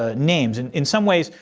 ah names. and in some ways,